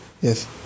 Yes